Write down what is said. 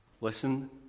Listen